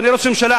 אדוני ראש הממשלה,